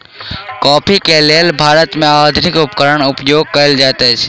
coffee के लेल भारत में आधुनिक उपकरण उपयोग कएल जाइत अछि